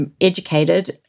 Educated